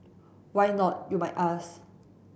why not you might ask